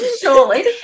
surely